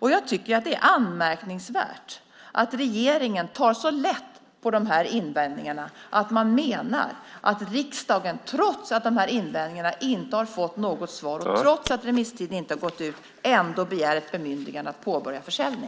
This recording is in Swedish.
Jag tycker att det är anmärkningsvärt att regeringen tar så lätt på de här invändningarna och att man menar att riksdagen, trots att de här invändningarna inte har fått något svar och trots att remisstiden inte har gått ut, ändå ska ge ett bemyndigande att påbörja försäljning.